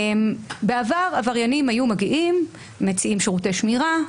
בעבר עבריינים היו מגיעים, מציעים שירותי שמירה,